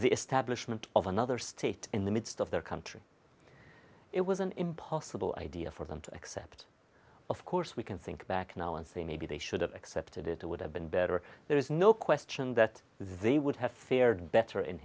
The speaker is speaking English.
the establishment of another state in the midst of their country it was an impossible idea for them to accept of course we can think back now and say maybe they should have accepted it would have been better there is no question that they would have fared better in